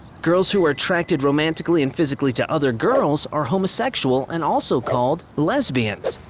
girls who are attracted romantically and physically to other girls are homosexual and also called lesbians.